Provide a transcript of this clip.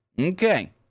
Okay